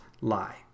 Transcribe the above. lie